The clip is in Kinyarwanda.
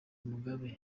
mugabe